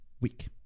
week